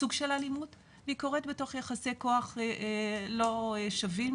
סוג שך אלימות והיא קורית בתוך יחסי כוח לא שווים.